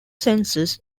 census